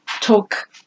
talk